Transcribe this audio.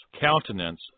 countenance